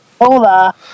Hola